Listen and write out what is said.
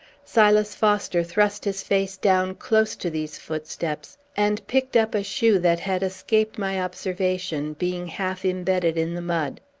silas foster thrust his face down close to these footsteps, and picked up a shoe that had escaped my observation, being half imbedded in the mud.